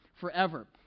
forever